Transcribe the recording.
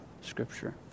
scripture